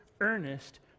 earnest